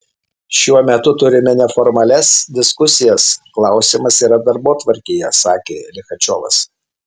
šiuo metu turime neformalias diskusijas klausimas yra darbotvarkėje sakė lichačiovas